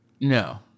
No